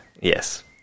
yes